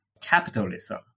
capitalism